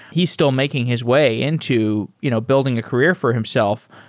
he's still making his way into you know building a career for himself.